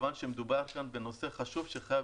שזה יתחיל ב-1 ביולי מכיוון שמדובר כאן בנושא חשוב שחייב